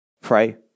pray